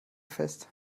fest